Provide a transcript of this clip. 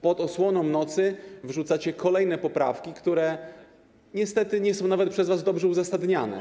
Pod osłoną nocy wrzucacie kolejne poprawki, które niestety nie są nawet przez was dobrze uzasadniane.